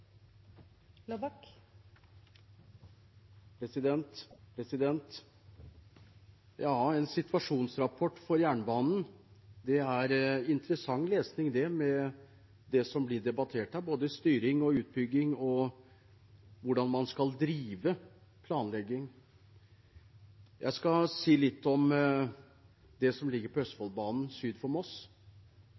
interessant lesning, med det som blir debattert her, både styring, utbygging og hvordan man skal drive planlegging. Jeg skal si litt om det som ligger på Østfoldbanen syd for Moss.